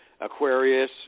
Aquarius